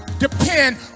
depend